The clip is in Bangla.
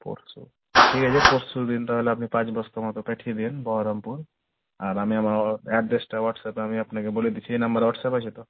পরশু তো ঠিক আছে পরশুদিন তাহলে আপনি পাঁচ বস্তা মতো পাঠিয়ে দিন বহরমপুর আর আমি আমার অ্যাড্রেস্টা হোয়াটসঅ্যাপ আমি আপনাকে বলে দিচ্ছি এই নম্বর হোয়াটসঅ্যাপ আছে তো